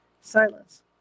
Silence